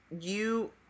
you-